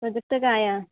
project ഒക്കെ ആയോ